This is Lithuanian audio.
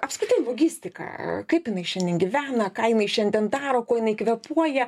apskritai logistika kaip jinai šiandien gyvena ką jinai šiandien daro kuo jinai kvėpuoja